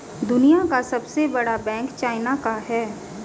दुनिया का सबसे बड़ा बैंक चाइना का है